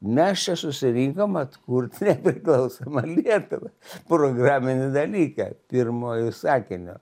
mes čia susirinkom atkurt nepriklausomą lietuvą programinį dalyką pirmuoju sakiniu